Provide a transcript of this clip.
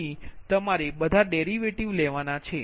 પછી તમારે બધા ડેરિવેટિવ લેવાના રહેશે